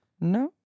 No